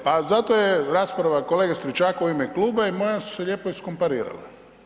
Pa zato je rasprava kolege Stričaka u ime kluba i moja su se lijepo iskomparirale.